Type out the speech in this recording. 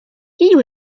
kiu